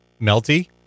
melty